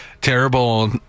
terrible